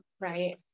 right